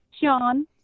Sean